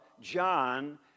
John